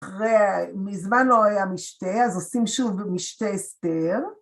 ‫אחרי, מזמן לא היה משתה, ‫אז עושים שוב משתה אסתר.